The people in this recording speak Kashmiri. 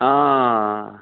آ آ